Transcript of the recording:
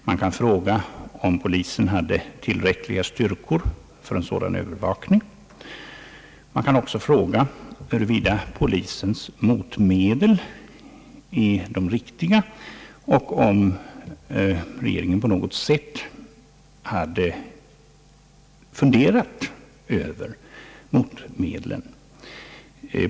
Man kan fråga om polisen hade tillräckliga styrkor för en sådan övervakning, och man kan även fråga om polisens motmedel är de riktiga och om regeringen på något sätt hade diskuterat motmedlen.